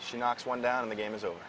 she knocks one down the game is over